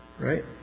Right